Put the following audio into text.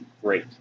great